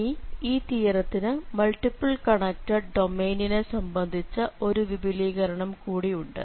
ഇനി ഈ തിയറത്തിനു മൾട്ടിപ്പിൾ കണക്ടഡ് ഡൊമെയ്നിനെ സംബന്ധിച്ച ഒരു വിപുലീകരണം കൂടി ഉണ്ട്